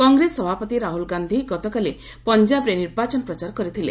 କଂଗ୍ରେସ ସଭାପତି ରାହୁଲ ଗାନ୍ଧି ଗତକାଲି ପଞ୍ଜାବରେ ନିର୍ବାଚନ ପ୍ରଚାର କରିଥିଲେ